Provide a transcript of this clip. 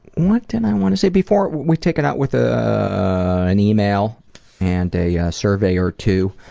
what did i want to say? before we take it out with ah an email and a yeah survey or two,